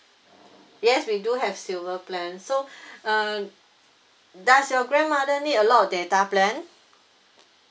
yes we do have silver plan so uh does your grandmother need a lot of data plan